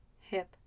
hip